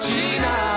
Gina